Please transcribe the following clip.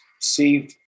received